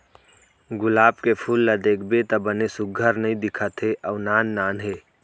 गुलाब के फूल ल देखबे त बने सुग्घर नइ दिखत हे अउ नान नान हे